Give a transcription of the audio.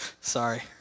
sorry